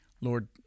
Lord